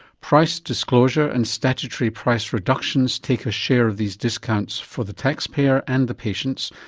price disclosure and statutory price reductions take a share of these discounts for the taxpayer and the patients,